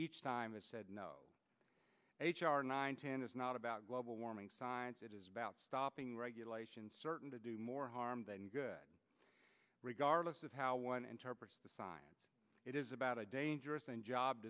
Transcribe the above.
each time has said no h r nine ten is not about global warming science it is about stopping regulations certain to do more harm than good regardless of how one interprets the side it is about a dangerous job